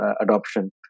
adoption